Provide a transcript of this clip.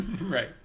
Right